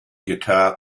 guitar